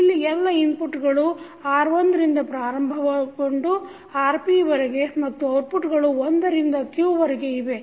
ಇಲ್ಲಿ ಎಲ್ಲ ಇನ್ಪುಟ್ಟಗಳು r1 ರಿಂದ ಪ್ರಾರಂಭಗೊಂಡು rp ವರೆಗೆ ಮತ್ತು ಔಟ್ಪುಟ್ಗಳು 1 ರಿಂದ q ವರೆಗೆ ಇವೆ